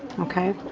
okay.